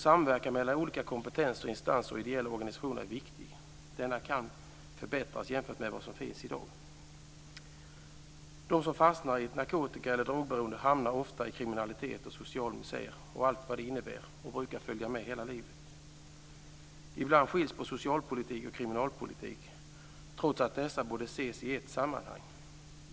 Samverkan mellan olika kompetens, instanser och ideella organisationer är viktig. Denna kan förbättras jämfört med hur den är i dag. De som fastnar i ett narkotika eller drogberoende hamnar ofta i kriminalitet och social misär med allt vad det innebär. Det brukar följa med hela livet. Ibland skiljer man på socialpolitik och kriminalpolitik, trots att dessa borde ses i ett sammanhang.